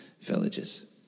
villages